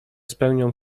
spełnią